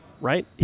right